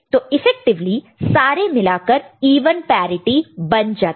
तो इफेक्टिवली सारे मिलाकर इवन पैरिटि बन जाता